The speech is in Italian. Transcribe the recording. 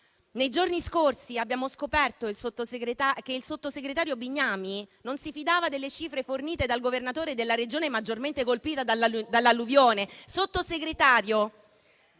Nei giorni scorsi abbiamo scoperto che il sottosegretario Bignami non si fidava delle cifre fornite dal Governatore della Regione maggiormente colpita dall'alluvione.